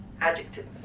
Adjective